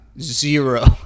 zero